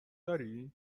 داری